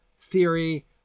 theory